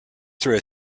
through